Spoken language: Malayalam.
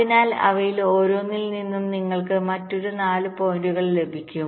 അതിനാൽ അവയിൽ ഓരോന്നിൽ നിന്നും നിങ്ങൾക്ക് മറ്റൊരു 4 പോയിന്റുകൾ ലഭിക്കും